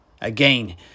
Again